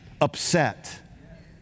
upset